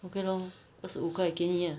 okay lor 二十五块给你 ah